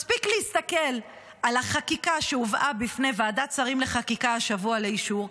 מספיק להסתכל על החקיקה שהובאה בפני ועדת שרים לחקיקה השבוע לאישור,